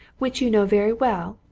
which you know very well,